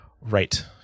Right